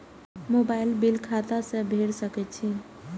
Mobile bill खाता से भेड़ सके छि?